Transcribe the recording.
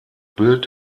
bild